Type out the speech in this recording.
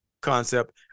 concept